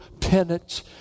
penance